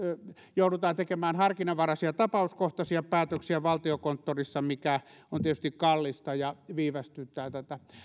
joudutaan tekemään harkinnanvaraisia tapauskohtaisia päätöksiä valtiokonttorissa mikä on tietysti kallista ja viivästyttää tätä